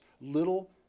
little